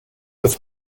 with